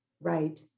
Right